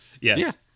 Yes